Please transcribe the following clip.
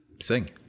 sing